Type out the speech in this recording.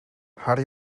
harri